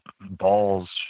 balls